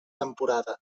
temporada